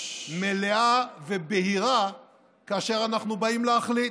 מלאה ובהירה כאשר אנחנו באים להחליט.